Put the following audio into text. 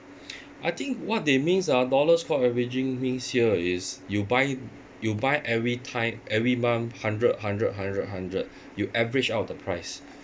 I think what they means ah dollar score averaging means here is you buy you buy every time every month hundred hundred hundred hundred you average out the price